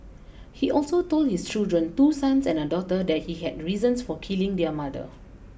he also told his children two sons and a daughter that he had reasons for killing their mother